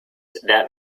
that